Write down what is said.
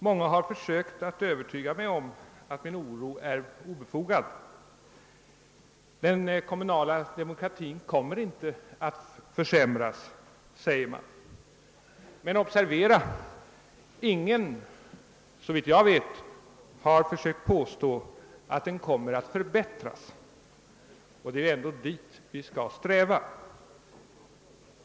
Många har försökt övertyga mig om att min oro är obefogad. Man säger att den kommunala demokratin inte kommer att försämras men härvid bör observeras att, såvitt jag vet, ingen velat påstå att den kommer att förbättras — och det är ändå det vi skall eftersträva.